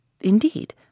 Indeed